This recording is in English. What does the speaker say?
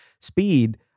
speed